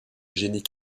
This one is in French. génie